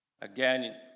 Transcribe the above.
Again